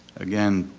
again,